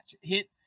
Hit